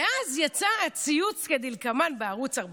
ואז יצא הציוץ כדלקמן בערוץ 14: